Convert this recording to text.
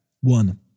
one